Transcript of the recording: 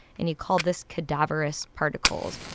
and he called this cadaverous particles.